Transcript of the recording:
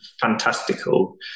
fantastical